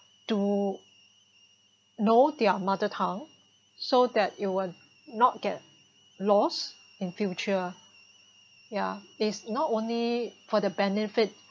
to know their mother tongue so that you will not get lost in future yeah is not only for the benefit